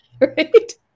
right